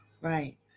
Right